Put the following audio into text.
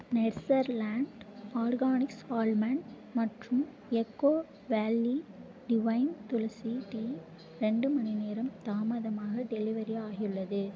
Natureland Organics almond மற்றும் Eco Valley Divine tulsi tea ரெண்டு மணிநேரம் தாமதமாக டெலிவரி ஆகியுள்ளது